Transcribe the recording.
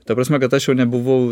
ta prasme kad aš jau nebuvau